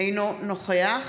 אינו נוכח